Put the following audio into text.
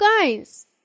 guys